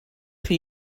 chi